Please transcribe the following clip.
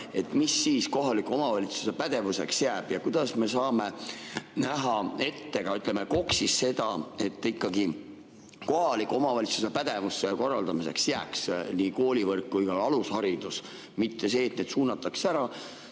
Mis siis kohaliku omavalitsuse pädevuseks jääb? Kuidas me saame näha ette, ütleme, KOKS‑is seda, et ikkagi kohaliku omavalitsuse pädevusse ja korraldada jääks nii koolivõrk kui ka alusharidus, mitte nii, et need suunatakse ära?